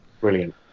brilliant